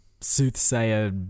soothsayer